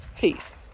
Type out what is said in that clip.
peace